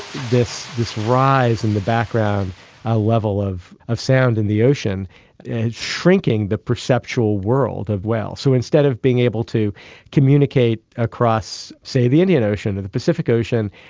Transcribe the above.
this arise in the background ah level of of sound in the ocean, and it's shrinking the perceptual world of whales. so instead of being able to communicate across, say, the indian ocean or the pacific ocean,